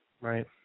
Right